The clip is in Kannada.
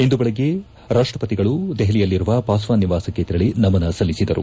ಇಂದು ಬೆಳಗ್ಗೆ ರಾಷ್ಟವತಿಗಳು ದೆಹಲಿಯಲ್ಲಿರುವ ವಾಸ್ದಾನ್ ನಿವಾಸಕ್ಕೆ ತೆರಳಿ ನಮನ ಸಲ್ಲಿಸಿದರು